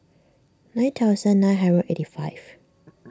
nine thousand nine hundred eighty five